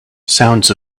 sounds